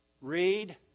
read